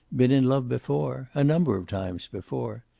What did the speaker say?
been in love before. a number of times before.